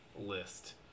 list